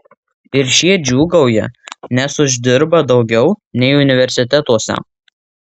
ir šie džiūgauja nes uždirba daugiau nei universitetuose